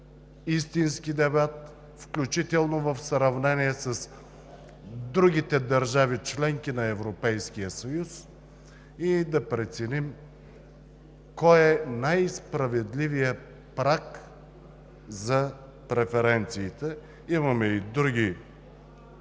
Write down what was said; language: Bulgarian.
истински дебат, включително в сравнение с другите държави-членки на Европейския съюз, и да преценим кой е най-справедливият праг за преференциите. Имаме и други